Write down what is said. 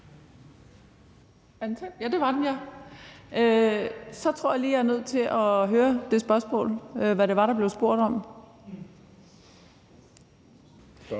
Ja, det var den. Så tror jeg, at jeg lige er nødt til at høre det spørgsmål igen, altså hvad det var, der blev spurgt om.